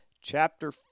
chapter